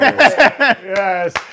Yes